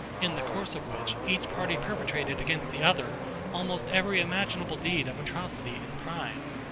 in the course of which each party perpetrated against the other almost every imaginable deed of atrocity and crime.